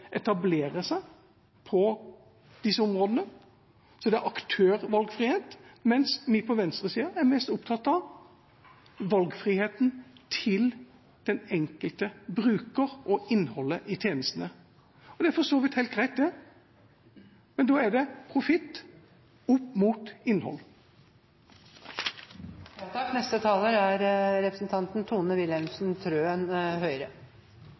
etablere seg på disse områdene, altså av aktørvalgfrihet, mens vi på venstresida er mest opptatt av valgfriheten til den enkelte bruker og innholdet i tjenestene. Det er for så vidt helt greit, men da er det profitt opp mot innhold. Jeg kan bare ikke la den siste uttalelsen til representanten